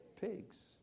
pigs